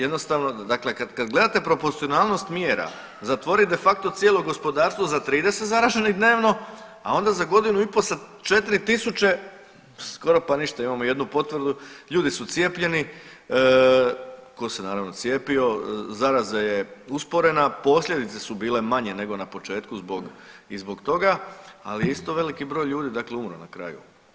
Jednostavno kad gledate proporcionalnost mjera zatvori de facto cijelo gospodarstvo za 30 zaraženih dnevno, a onda za godinu i pol sa 4000 skoro pa ništa, imamo jednu potvrdu ljudi su cijepljeni, tko se naravno cijepio, zaraza je usporena, posljedice su bile manje nego na početku i zbog toga, ali je isto veliki broj ljudi, dakle umro na kraju.